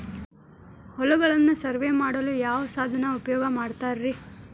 ಹೊಲಗಳನ್ನು ಸರ್ವೇ ಮಾಡಲು ಯಾವ ಸಾಧನ ಉಪಯೋಗ ಮಾಡ್ತಾರ ರಿ?